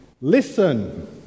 Listen